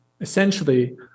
essentially